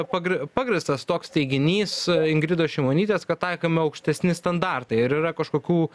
pagr pagrįstas toks teiginys ingridos šimonytės kad taikomi aukštesni standartai ar yra kažkokių